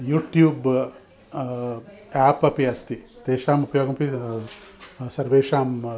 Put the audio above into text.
YouTube आप् अपि अस्ति तेषाम् उपयोगम् अपि सर्वेषां